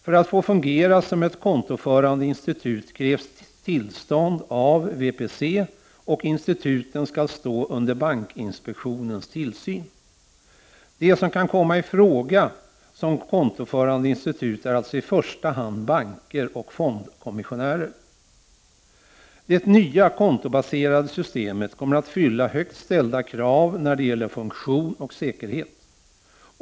För att de skall få fungera som ett kontoförande institut krävs tillstånd av VPC, och instituten skall stå under bankinspektionens tillsyn. De som kan komma i fråga som kontoförande institut är alltså i första hand banker och fondkommissionärer. Det nya kontobaserade systemet kommer att fylla högt ställda krav när det gäller funktion och säkerhet.